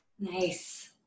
Nice